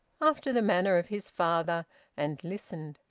after the manner of his father and listened.